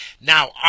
now